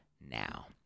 now